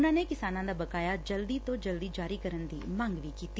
ਉਨ੍ਹਾਂ ਨੇ ਕਿਸਾਨਾਂ ਦਾ ਬਕਾਇਆ ਜਲਦੀ ਤੋਂ ਜਲਦੀ ਜਾਰੀ ਕਰਨ ਦੀ ਮੰਗ ਕੀਤੀ